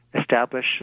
establish